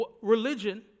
Religion